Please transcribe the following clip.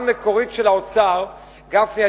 גפני,